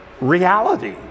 reality